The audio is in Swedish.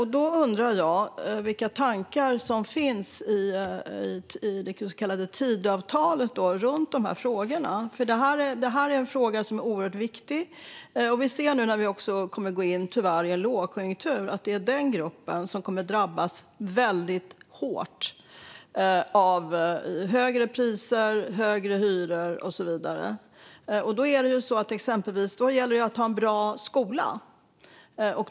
Jag undrar vilka tankar som finns i Tidöavtalet när det gäller dessa frågor. Detta är ju något som är oerhört viktigt. Nu är vi på väg in i en lågkonjunktur, och vi ser tyvärr att denna grupp kommer att drabbas väldigt hårt av högre priser, högre hyror och så vidare. Då gäller det att ha en bra skola.